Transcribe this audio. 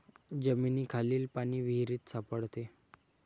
जमिनीखालील पाणी विहिरीत सापडते